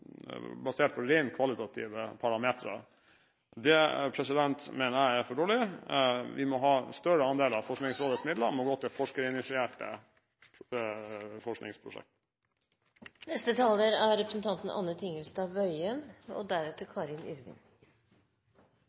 basert på rent kvalitative parametre. Det mener jeg er for dårlig. En større andel av Forskningsrådets midler må gå til